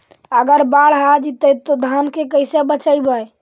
अगर बाढ़ आ जितै तो धान के कैसे बचइबै?